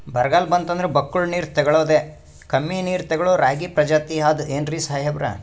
ಬರ್ಗಾಲ್ ಬಂತಂದ್ರ ಬಕ್ಕುಳ ನೀರ್ ತೆಗಳೋದೆ, ಕಮ್ಮಿ ನೀರ್ ತೆಗಳೋ ರಾಗಿ ಪ್ರಜಾತಿ ಆದ್ ಏನ್ರಿ ಸಾಹೇಬ್ರ?